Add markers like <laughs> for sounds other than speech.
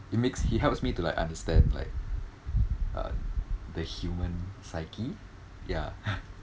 it makes it helps me to like understand like uh the human psyche ya <laughs>